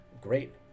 Great